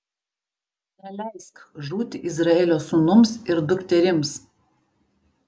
neleisk žūti izraelio sūnums ir dukterims